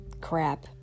crap